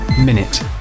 Minute